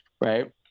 Right